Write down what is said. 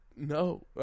No